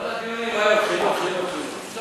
כל הדיונים חינוך, חינוך, חינוך.